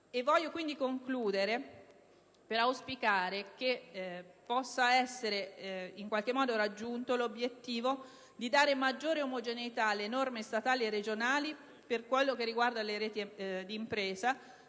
Voglio dunque concludere il mio intervento auspicando che possa essere in qualche modo raggiunto l'obiettivo di dare maggiore omogeneità alle norme statali e regionali - per quello che riguarda le reti di impresa